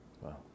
Wow